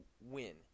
win